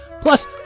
Plus